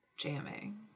Jamming